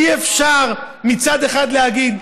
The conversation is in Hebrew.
אי-אפשר מצד אחד להגיד: